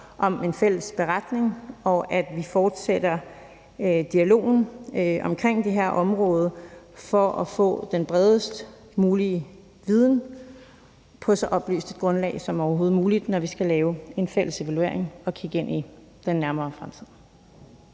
om en fælles beretning, og at vi fortsætter dialogen om det her område for at få den bredest mulige viden på så oplyst et grundlag som overhovedet muligt, når vi skal lave en fælles evaluering og kigge ind i den nærmere fremtid.